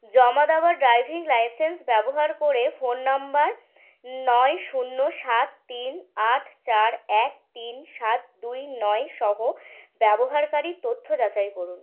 জমা দেওয়া driving licence ব্যবহার করে ফোন নাম্বার নয় শূন্য সাত তিন আট চার এক তিন সাত দুই নয়সহ ব্যবহারকারীর তথ্য যাচাই করুন